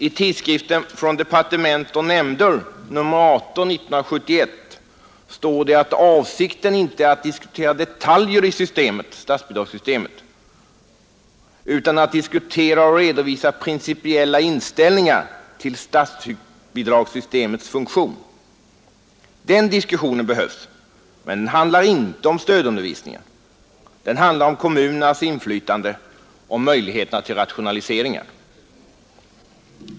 I tidskriften Från departement och nämnder nr 18 1971 står det, att avsikten inte är att diskutera detaljer i systemet, utan att diskutera och redovisa principiella inställningar till statsbidragssystemets funktion. Den diskussionen behövs. Men den handlar inte om stödundervisningen, utan den handlar om kommunernas inflytande, om möjligheterna till rationaliseringar.